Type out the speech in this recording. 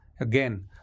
Again